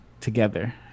together